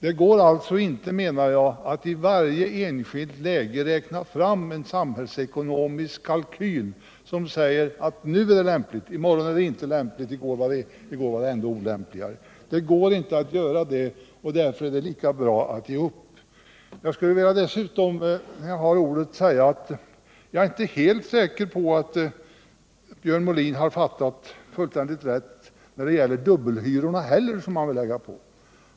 Enligt min mening går det inte att i varje enskilt läge räkna fram en samhällsekonomisk kalkyl som säger: Nu är det lämpligt, men i morgon är det inte lämpligt och i går var det ännu olämpligare. Det går inte att göra det, och därför är det lika bra att ge upp. Medan jag har ordet skulle jag dessutom vilja säga att jag inte är helt säker på att Björn Molin har uppfattat saken fullständigt rätt när det gäller de dubbla hyror han vill lägga på.